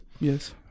Yes